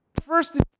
First